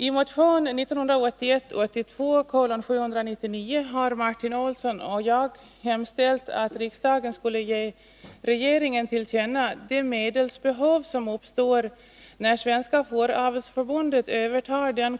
I motion 1981/82:799 har Martin Olsson och jag hemställt att riksdagen skulle ge regeringen till känna vad som anförts i motionen om det medelsbehov som uppstår när Svenska fåravelsförbundet övertar den